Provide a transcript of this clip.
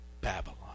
Babylon